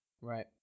Right